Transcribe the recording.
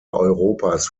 europas